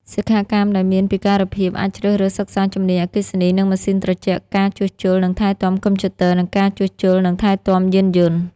សិក្ខាកាមដែលមានពិការភាពអាចជ្រើសរើសសិក្សាជំនាញអគ្គិសនីនិងម៉ាស៊ីនត្រជាក់ ការជួសជុលនិងថែទាំកុំព្យូទ័រ និងការជួសជុលនិងថែទាំយានយន្ត។